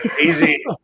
Easy